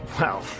Wow